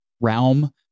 realm